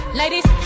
ladies